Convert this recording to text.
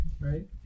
right